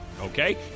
Okay